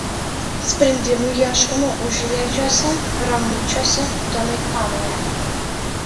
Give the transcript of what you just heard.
sprendimų ieškoma užliedžiuose ramučiuose domeikavoje